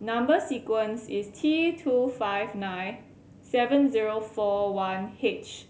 number sequence is T two five nine seven zero four one H